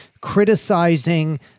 criticizing